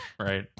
Right